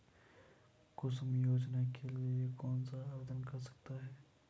कुसुम योजना के लिए कौन आवेदन कर सकता है?